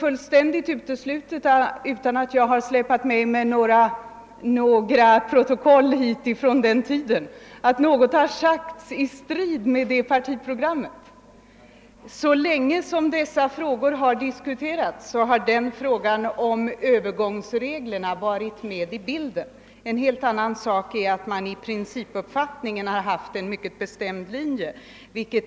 Utan att ha släpat med mig några protokoll från den tiden vågar jag hävda, att det är fullständigt uteslutet att något har sagts i strid mot detta partiprogram. Så länge som dessa problem har diskuterats har frågan om Öövergångsreglerna varit med i bilden. En helt annan sak är att man i principuppfattningen haft en mycket bestämd linje.